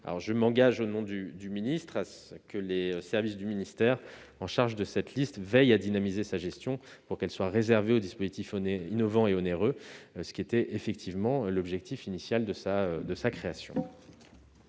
Je m'engage, au nom du ministre, à ce que les services du ministère chargés de tenir cette liste veillent à dynamiser sa gestion pour qu'elle soit réservée aux dispositifs innovants et onéreux, ce qui était effectivement l'objectif initial de sa création.